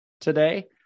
today